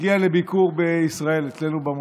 הגיע לביקור בישראל, אצלנו במוסד.